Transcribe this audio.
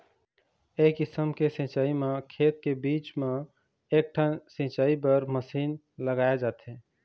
ए किसम के सिंचई म खेत के बीच म एकठन सिंचई बर मसीन लगाए जाथे